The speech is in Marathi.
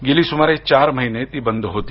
गेली सुमारे चार महिने ती बंद होती